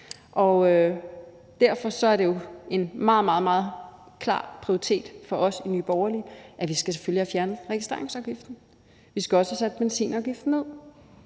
Derfor er det en meget, meget klar prioritet for os i Nye Borgerlige, at vi selvfølgelig skal have fjernet registreringsafgiften. Vi skal også have sat benzinafgiften ned.